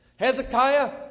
Hezekiah